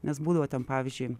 nes būdavo ten pavyzdžiui